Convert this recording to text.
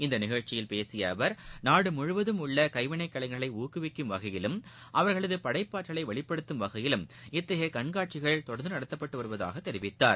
இந்நிகழ்ச்சியில் பேசிய அவர் நாடு முழுவதும் உள்ள கைவினை கலைஞர்களை ஊக்குவிக்கும் வகையிலும் அவர்களது படைப்பாற்றலை வெளிப்படுத்தும் வகையிலும் இத்தகைய கண்காட்சிகள் தொடர்ந்து நடத்தப்பட்டு வருவதாக அவர் தெரிவித்தார்